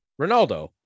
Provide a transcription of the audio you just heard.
Ronaldo